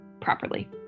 properly